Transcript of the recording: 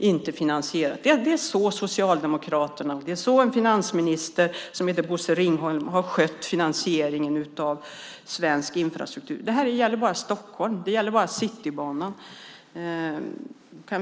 Det var så Socialdemokraternas finansminister Bosse Ringholm skötte finansieringen av svensk infrastruktur. Det här exemplet gäller bara Stockholm och Citybanan.